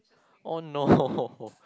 oh no